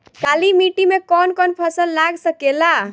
काली मिट्टी मे कौन कौन फसल लाग सकेला?